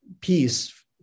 peace